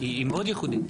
היא מאוד ייחודית,